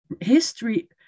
history